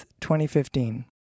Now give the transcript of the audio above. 2015